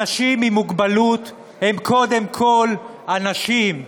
אנשים עם מוגבלות הם קודם כול אנשים,